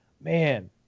man